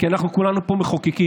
כי אנחנו כולנו פה מחוקקים: